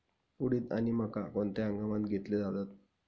उडीद आणि मका कोणत्या हंगामात घेतले जातात?